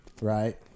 Right